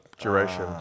Duration